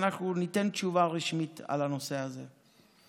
בסדר, אנחנו ניתן תשובה רשמית על הנושא הזה.